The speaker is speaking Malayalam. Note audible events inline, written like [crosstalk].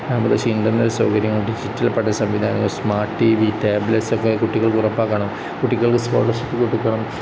[unintelligible] ഇൻ്റർനെറ്റ് സൗകര്യങ്ങൾ ഡിജിറ്റൽ പഠന സംവിധാനങ്ങൾ സ്മാർട്ട് ടി വി ടാബ്ലെറ്റ്സ് ഒക്കെ കുട്ടികൾക്ക് ഉറപ്പാക്കണം കുട്ടികൾക്ക് സ്കോളർഷിപ്പ് കൊടുക്കണം